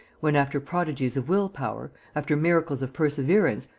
when, after prodigies of will-power, after miracles of perseverance,